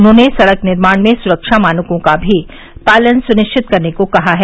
उन्होंने सड़क निर्माण में सुरक्षा मानकों का भी पालन सुनिश्चित करने को कहा है